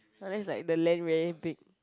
but then is like the land very thick